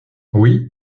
oui